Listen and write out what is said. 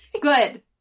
Good